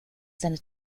seine